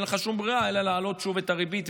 אין לו שום ברירה אלא להעלות שוב את הריבית,